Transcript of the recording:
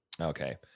Okay